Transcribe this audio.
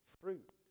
fruit